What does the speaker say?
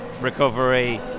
recovery